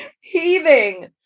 Heaving